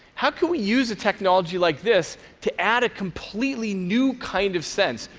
how could we use a technology like this to add a completely new kind of sense,